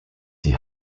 die